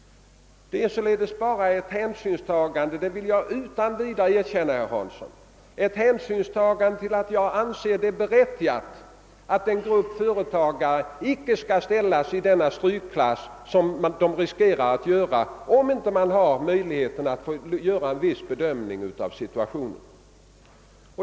Det är således fråga om ett hänsyns tagande — det erkänner jag utan vidare, herr Hansson i Skegrie. Jag anser det berättigat att en grupp företagare inte skall ställas i strykklass, som de riskerar att göra om de inte får möjlighet att själva företa en viss bedömning av Ssituationen.